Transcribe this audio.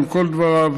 או עם כל דבריו,